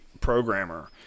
programmer